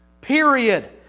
Period